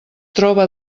troba